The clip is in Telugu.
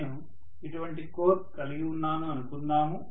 నేను ఇటువంటి కోర్ కలిగి ఉన్నాను అనుకుందాము